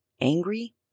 Angry